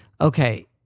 okay